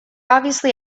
obviously